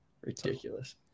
Ridiculous